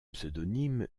pseudonyme